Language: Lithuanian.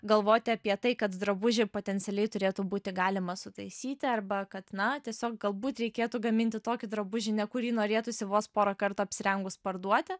galvoti apie tai kad drabužį potencialiai turėtų būti galima sutaisyti arba kad na tiesiog galbūt reikėtų gaminti tokį drabužį ne kurį norėtųsi vos porą kartų apsirengus parduoti